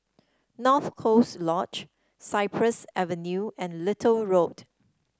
North Coast Lodge Cypress Avenue and Little Road